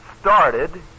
started